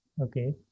Okay